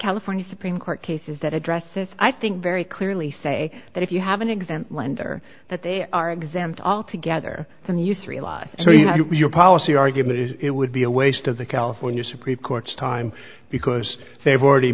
california supreme court cases that addresses i think very clearly say that if you have an exam lender that they are exempt altogether from the use realize your policy argument it would be a waste of the california supreme court's time because they've already